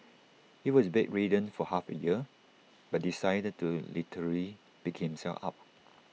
he was bedridden for half A year but decided to literally pick himself up